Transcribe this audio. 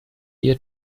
year